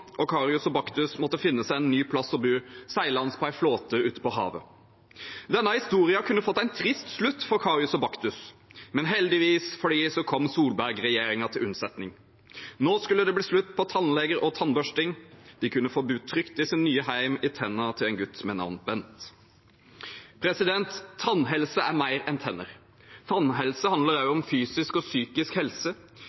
og Karius og Baktus måtte finne seg en ny plass å bo, seilende på en flåte ute på havet. Denne historien kunne ha fått en trist slutt for Karius og Baktus, men heldigvis for dem kom Solberg-regjeringen til unnsetning. Nå skulle det bli slutt på tannleger og tannbørsting. De kunne få bo trygt i sitt nye hjem, i tennene til en gutt ved navn Bent. Tannhelse er mer enn tenner. Tannhelse handler